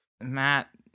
Matt